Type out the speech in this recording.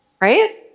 right